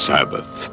Sabbath